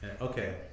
Okay